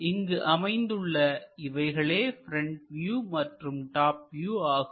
இங்கு அமைந்துள்ள இவைகளே ப்ரெண்ட் வியூ மற்றும் டாப் வியூ ஆகும்